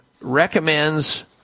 recommends